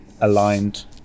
aligned